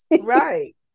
right